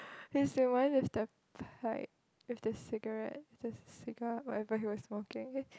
is that why the start pipe with the cigarette is the cigar whatever he was smoking leh